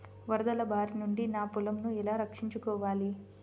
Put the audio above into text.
వరదల భారి నుండి నా పొలంను ఎలా రక్షించుకోవాలి?